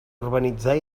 urbanitzar